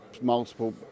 multiple